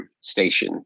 station